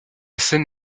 scène